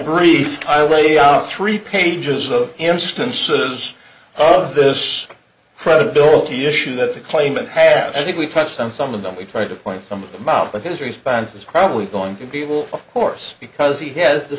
brief i laid out three pages of instances of this credibility issue that the claimant have i think we've touched on some of them we tried to point some of them out but his response is probably going to be able of course because he has the